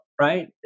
Right